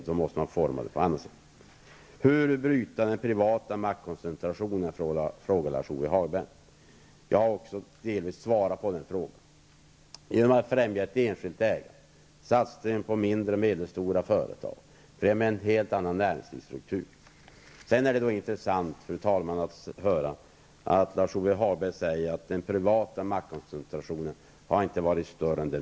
Hur skall man bryta den privata maktkoncentrationen, frågade Lars-Ove Hagberg. Jag har delvis svarat också på den frågan: genom att främja ett enskilt ägande, genom satsning på mindre och medelstora företag och genom en helt annan näringslivsstruktur. Det var vidare intressant, fru talman, att höra Lars Ove Hagberg säga att den privata maktkoncentrationen aldrig har varit större än nu.